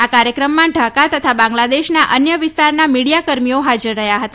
આ કાર્યક્રમમાં ઢાકા તથા બાંગ્લાદેશના અન્ય વિસ્તારના મીડિયા કર્મીઓ હાજર રહ્યા હતા